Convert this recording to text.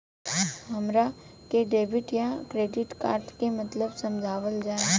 हमरा के डेबिट या क्रेडिट कार्ड के मतलब समझावल जाय?